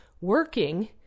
working